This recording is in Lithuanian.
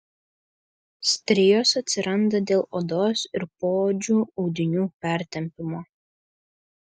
strijos atsiranda dėl odos ir poodžio audinių pertempimo